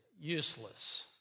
useless